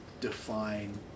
define